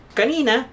kanina